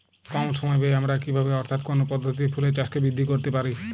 কম সময় ব্যায়ে আমরা কি ভাবে অর্থাৎ কোন পদ্ধতিতে ফুলের চাষকে বৃদ্ধি করতে পারি?